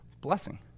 blessing